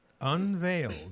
unveiled